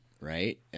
right